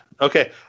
Okay